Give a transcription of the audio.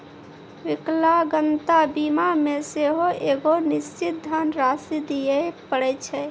विकलांगता बीमा मे सेहो एगो निश्चित धन राशि दिये पड़ै छै